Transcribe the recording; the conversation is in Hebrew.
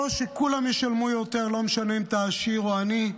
או שכולם ישלמו יותר, לא משנה אם אתה עשיר או עני,